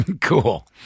Cool